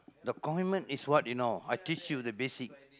the commitment is what you know I teach you the basic